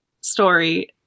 story